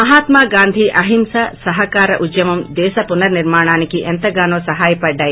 మహాత్మా గాంధీ అహింస సహకార ఉద్యమం దేశ పునర్సిర్మాణానికి ఎంత గానో సహాయపడ్డాయి